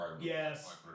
Yes